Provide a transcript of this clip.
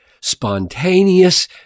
spontaneous